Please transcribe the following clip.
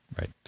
Right